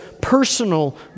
personal